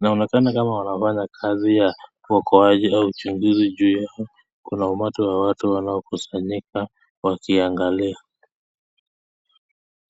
Inaonekana kama wanafanya kazi ya uokoaji au uchunguzi, juu yao kuna umati wa watu wanaokusanyika wakiangalia.